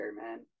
man